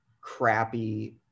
crappy